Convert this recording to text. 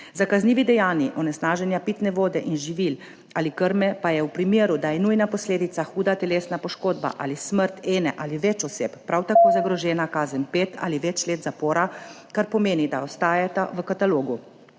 Za kaznivi dejanji onesnaženje pitne vode in živil ali krme pa je v primeru, da je njuna posledica huda telesna poškodba ali smrt ene ali več oseb, prav tako zagrožena kazen pet ali več let zapora, kar pomeni, da ostajata v katalogu.